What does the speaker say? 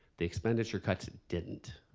the expenditure cuts didn't.